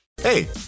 Hey